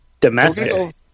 domestic